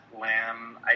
lamb